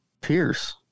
Pierce